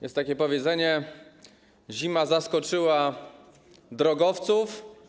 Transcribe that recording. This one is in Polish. Jest takie powiedzenie: zima zaskoczyła drogowców.